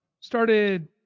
started